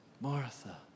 Martha